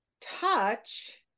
touch